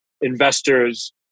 investors